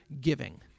giving